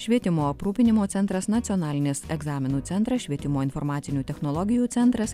švietimo aprūpinimo centras nacionalinis egzaminų centras švietimo informacinių technologijų centras